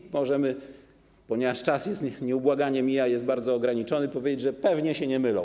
I możemy - ponieważ czas nieubłaganie mija, jest bardzo ograniczony - powiedzieć, że pewnie się nie mylą.